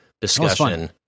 discussion